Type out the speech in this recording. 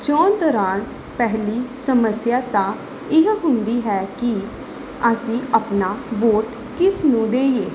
ਚੋਣ ਦੌਰਾਨ ਪਹਿਲੀ ਸਮੱਸਿਆ ਤਾਂ ਇਹ ਹੁੰਦੀ ਹੈ ਕਿ ਅਸੀਂ ਆਪਣਾ ਵੋਟ ਕਿਸ ਨੂੰ ਦਈਏ